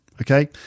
okay